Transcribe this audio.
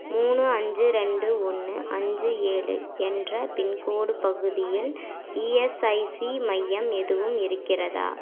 மூணு அஞ்சு ரெண்டு ஒன்று அஞ்சு ஏழு என்ற பின்கோட் பகுதியில் இஎஸ்ஐசி மையம் எதுவும் இருக்கிறதா